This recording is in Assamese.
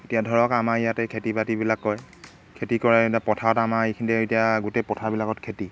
এতিয়া ধৰক আমাৰ ইয়াতে খেতি বাতিবিলাক কৰে খেতি কৰে পথাৰত আমাৰ এইখিনিতে এতিয়া গোটেই পথাৰবিলাকত খেতি